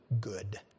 good